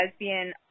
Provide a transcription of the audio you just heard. lesbian